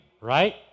right